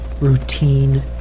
routine